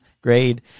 grade